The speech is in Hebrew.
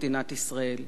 שלמענה לחם,